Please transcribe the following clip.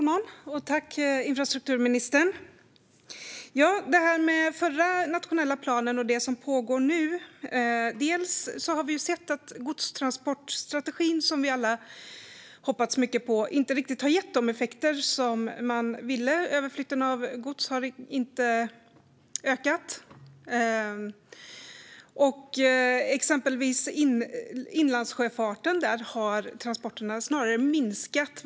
Herr talman! Tack, infrastrukturministern! När det gäller den förra nationella planen och det som pågår nu har vi sett att godstransportstrategin, som vi alla har hoppats mycket på, inte riktigt har gett de effekter som man önskade. Överflytten av gods har inte ökat. När det gäller inlandssjöfarten har transporterna snarare minskat.